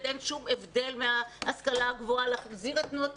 אין שום הבדל מההשכלה הגבוהה; להחזיר את תנועות